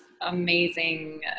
amazing